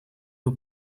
for